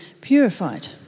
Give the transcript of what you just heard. purified